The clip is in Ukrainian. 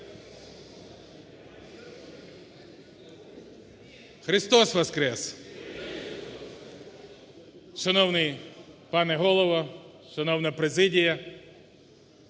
Христос Воскрес! Шановний пане Голово! Шановна президія!